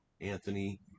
Anthony